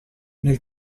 nel